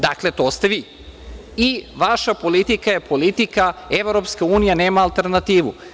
Dakle, to ste vi i vaša politika je politika „EU nema alternativu“